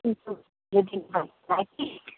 कि